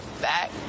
Back